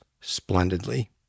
splendidly